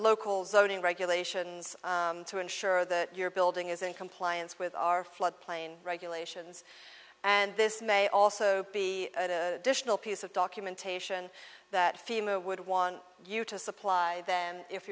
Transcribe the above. local zoning regulations to ensure that your building is in compliance with our floodplain regulations and this may also be additional piece of documentation that fema would want you to supply then if